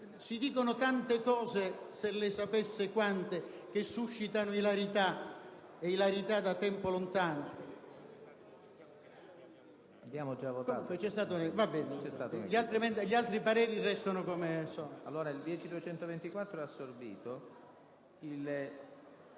Si dicono tante cose - se lei sapesse quante! - che suscitano ilarità, e da tempo lontano!